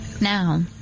Now